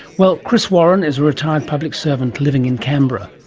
well, chris warren is a retired public servant living in canberra.